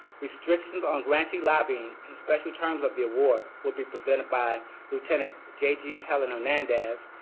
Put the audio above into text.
restrictions on grantee lobbying and special terms of the award will be presented by lieutenant jg helen hernandez.